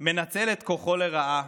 מנצל את כוחו לרעה,